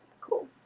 cool